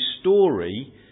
story